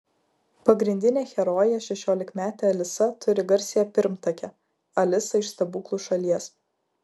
pagrindinė herojė šešiolikmetė alisa turi garsiąją pirmtakę alisą iš stebuklų šalies